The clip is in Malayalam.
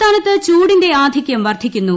സംസ്ഥാനത്ത് ചൂടിന്റെ ആധികൃം വർദ്ധിക്കുന്നു